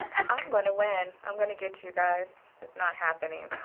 and i'm gonna win. i'm gonna get you guys. it's not happening.